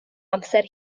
amser